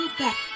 back